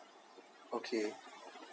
okay